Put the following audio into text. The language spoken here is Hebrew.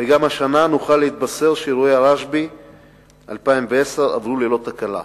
וגם השנה נוכל להתבשר שאירועי הרשב"י 2010 עברו ללא תקלה.